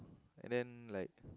and then like